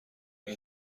این